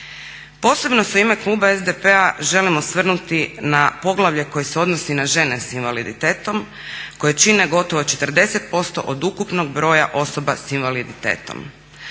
Posebno se u ime kluba SDP-a želim osvrnuti na poglavlje koje se odnosi na žene sa invaliditetom koje čine gotovo 40% od ukupnog broja osoba sa invaliditetom.